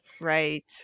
right